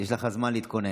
יש לך זמן להתכונן.